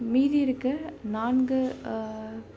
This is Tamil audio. மீதி இருக்க நான்கு